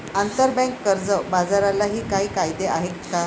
आंतरबँक कर्ज बाजारालाही काही कायदे आहेत का?